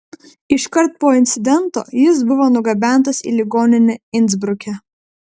iškart po incidento jis buvo nugabentas į ligoninę insbruke